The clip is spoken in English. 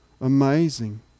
Amazing